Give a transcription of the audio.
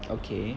okay